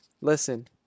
listen